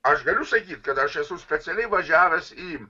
aš galiu sakyt kad aš esu specialiai važiavęs į